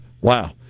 Wow